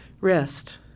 Rest